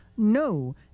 No